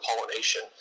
pollination